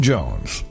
Jones